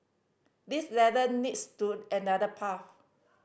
this ladder needs to another path